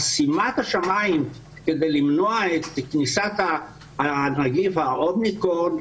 חסימת השמיים כדי למנוע את כניסת נגיף ה-אומיקרון,